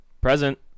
Present